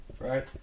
right